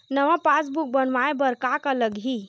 नवा पासबुक बनवाय बर का का लगही?